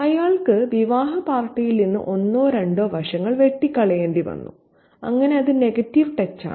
അയാൾക്ക് വിവാഹ പാർട്ടിയിൽ നിന്ന് ഒന്നോ രണ്ടോ വശങ്ങൾ വെട്ടിക്കളയേണ്ടിവന്നു അങ്ങനെ അത് നെഗറ്റീവ് ടച്ചാണ്